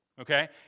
Okay